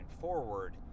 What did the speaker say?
forward